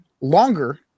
longer